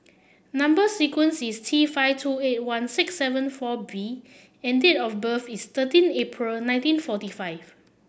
number sequence is T five two eight one six seven four V and date of birth is thirteen April nineteen forty five